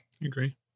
agree